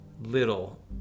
little